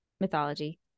mythology